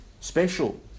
special